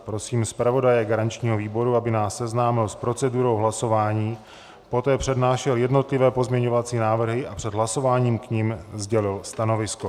Prosím zpravodaje garančního výboru, aby nás seznámil s procedurou hlasování, poté přednášel jednotlivé pozměňovací návrhy a před hlasováním k nim sdělil stanovisko.